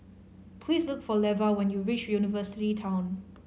please look for Leva when you reach University Town